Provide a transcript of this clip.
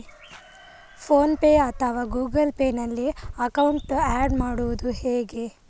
Phone pay ಅಥವಾ Google pay ನಲ್ಲಿ account add ಮಾಡುವುದು ಹೇಗೆ?